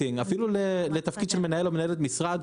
אפילו לתפקיד של מנהל או מנהלת משרד,